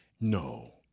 No